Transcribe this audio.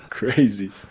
Crazy